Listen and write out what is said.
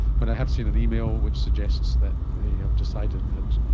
but i have seen an email which suggests that they have decided that